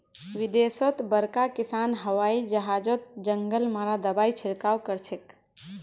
विदेशत बड़का किसान हवाई जहाजओत जंगल मारा दाबार छिड़काव करछेक